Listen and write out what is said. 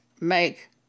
make